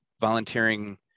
volunteering